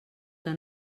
que